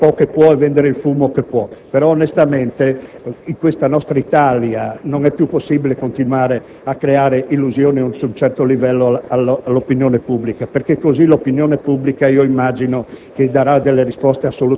ognuno cerca di fare quello che può e di vendere il fumo che può. Però, onestamente, in questa nostra Italia non è più possibile continuare a creare illusioni oltre un certo livello all'opinione pubblica, perché immagino